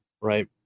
right